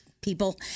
people